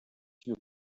you